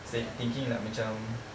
said thinking like macam